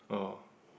oh